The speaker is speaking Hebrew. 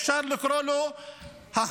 אפשר לקרוא לו החוק,